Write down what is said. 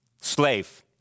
slave